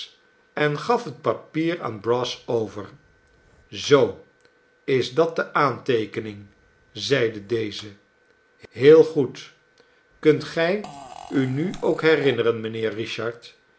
en gaf het papier aan brass over zoo is dat de aanteekening zeide deze heel goed kunt gij u nu ook herinneren mijnheer richard